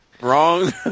Wrong